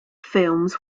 films